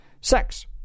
sex